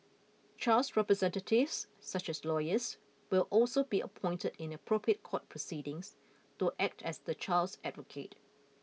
child representatives such as lawyers will also be appointed in appropriate court proceedings to act as the child's advocate